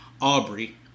Aubrey